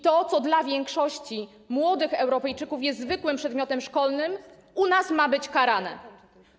To, co dla większości młodych Europejczyków jest zwykłym przedmiotem szkolnym, u nas ma być karane.